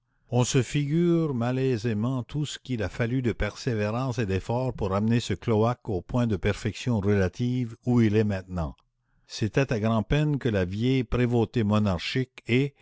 on se figure malaisément tout ce qu'il a fallu de persévérance et d'efforts pour amener ce cloaque au point de perfection relative où il est maintenant c'était à grand'peine que la vieille prévôté monarchique et